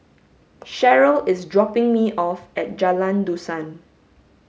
Sharyl is dropping me off at Jalan Dusan